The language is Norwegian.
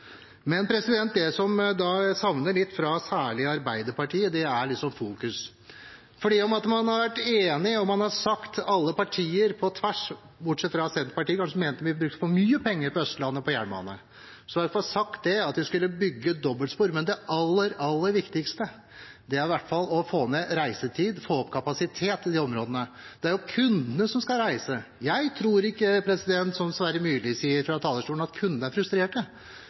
men det aller, aller viktigste er i hvert fall å få ned reisetiden og få opp kapasiteten i de områdene. Det er jo kundene som skal reise. Jeg tror ikke, som representanten Sverre Myrli sier fra talerstolen, at kundene er frustrerte.